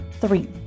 Three